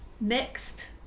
next